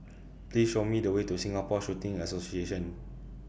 Please Show Me The Way to Singapore Shooting Association